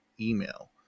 email